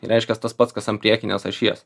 reiškias tas pats kas ant priekinės ašies